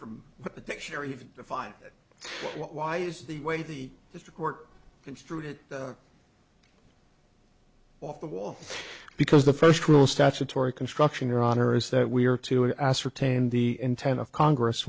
from the dictionary file why is the way the court threw it off the wall because the first rule statutory construction or honor is that we are to ascertain the intent of congress